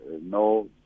no